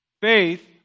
Faith